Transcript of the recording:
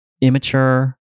immature